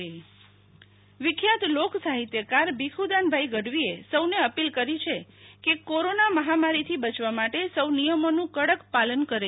શીતલ વૈશ્વવ ભીખુ દાનભાઈ ગઢવી સંદેશ વિખ્યાત લોક સાહિત્યકાર ભીખુ દાનભાઈ ગઢવીએ સૌને અપીલ કરી છે કે કોરોના મહામારીથી બચવા માટે સૌ નિયમોનું કડક પાલન કરે